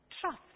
Trust